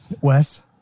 Wes